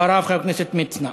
חבר הכנסת ליצמן.